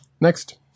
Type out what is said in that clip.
Next